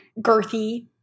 girthy